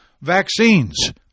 vaccines